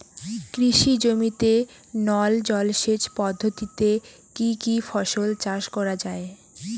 কৃষি জমিতে নল জলসেচ পদ্ধতিতে কী কী ফসল চাষ করা য়ায়?